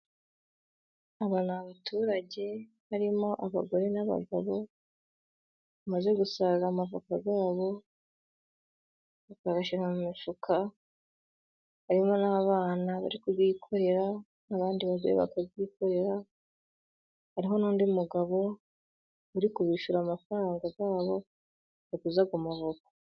Aba ni abaturage harimo abagore n'abagabo, baje gusarura amavoka yabo, bakayashyira mu mifuka, harimo n'abanabari kuyikorera, n'abandi bagore bakayikorera, hariho n'undi mugabo uri kubishyira amafaranga yabo, bagize ayo mavoka.